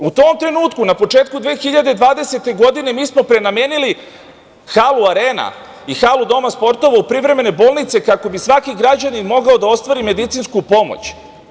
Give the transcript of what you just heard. U tom trenutku, na početku 2020. godine, mi smo prenamenili halu „Arena“ i halu „Doma sportova“ u privremene bolnice, kako bi svaki građanin mogao da ostvari medicinsku pomoć.